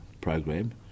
program